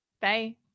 Bye